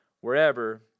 wherever